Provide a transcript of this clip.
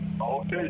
Okay